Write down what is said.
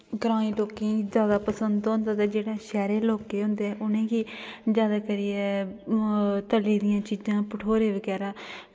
ग्राएं लोकें गी जादै पसंद होंदे ते शैह्रें लोकें गी होंदे उनेंगी जादै तली दियां चीज़ां भठोरे बगैरा